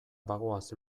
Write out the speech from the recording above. bagoaz